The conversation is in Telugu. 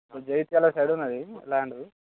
ఇప్పుడు జగిత్యాల సైడ్ ఉన్నది ల్యాండు